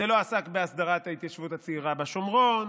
הוא לא עסק בהסדרת ההתיישבות הצעירה בשומרון.